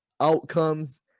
outcomes